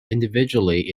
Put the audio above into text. individually